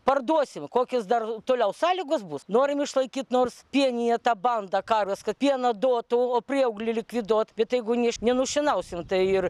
parduosim kokios dar toliau sąlygos bus norim išlaikyt nors pieniją tą bandą karas kad pieno duotų o prieauglį likviduot bet tai jeigu ne iš nunušienausim tai ir